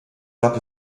gab